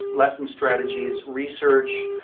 lesson strategies, research,